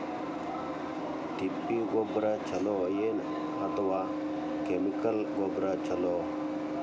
ತಿಪ್ಪಿ ಗೊಬ್ಬರ ಛಲೋ ಏನ್ ಅಥವಾ ಕೆಮಿಕಲ್ ಗೊಬ್ಬರ ಛಲೋ?